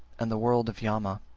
and the world of yama,